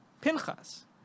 Pinchas